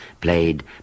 played